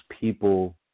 people